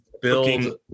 building